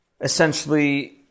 essentially